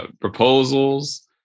proposals